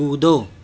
कूदो